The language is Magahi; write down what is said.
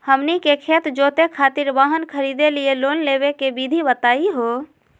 हमनी के खेत जोते खातीर वाहन खरीदे लिये लोन लेवे के विधि बताही हो?